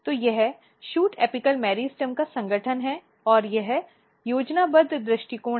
तो यह shoot apical meristem का संगठन है और यह योजनाबद्ध दृष्टिकोण है